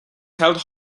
held